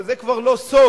הרי זה כבר לא סוד,